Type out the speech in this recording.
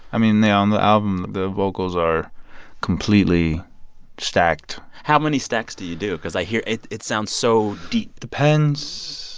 i mean, the on the album, the vocals are completely stacked how many stacks do you do? because i hear it it sounds so deep depends.